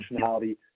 functionality